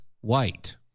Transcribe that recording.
white